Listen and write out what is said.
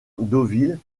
deauville